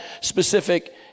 specific